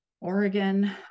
Oregon